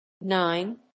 nine